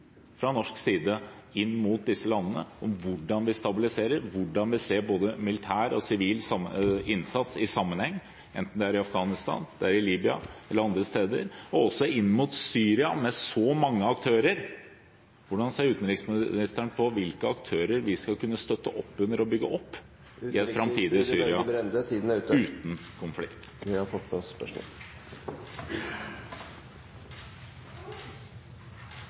fra norsk side inn mot disse landene for hvordan vi stabiliserer, hvordan vi ser både militær og sivil innsats i sammenheng, enten det er i Afghanistan, i Libya eller andre steder, og også inn mot Syria, med så mange aktører? Hvordan ser utenriksministeren på hvilke aktører vi skal kunne støtte opp under og bygge opp i et framtidig Syria uten konflikt? Dette er nok et viktig spørsmål.